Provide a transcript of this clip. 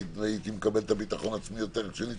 כאשר נצלול לנושא אולי אקבל יותר ביטחון עצמי.